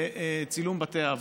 צילום בתי האבות,